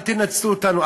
אל תנצלו אותנו,